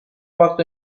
waktu